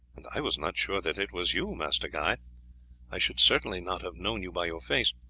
and i was not sure that it was you, master guy i should certainly not have known you by your face.